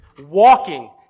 walking